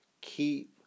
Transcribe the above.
Keep